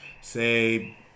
say